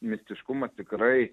mistiškumas tikrai